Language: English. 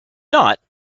not